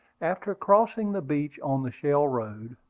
after crossing the beach on the shell road,